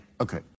Okay